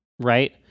Right